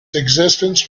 existence